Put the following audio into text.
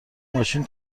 ماشین